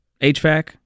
HVAC